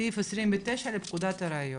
סעיף (29) לפקודת הראיות.